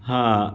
हा